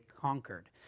conquered